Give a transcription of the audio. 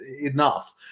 enough